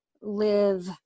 live